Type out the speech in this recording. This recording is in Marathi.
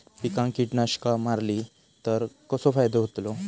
पिकांक कीटकनाशका मारली तर कसो फायदो होतलो?